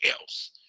else